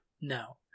no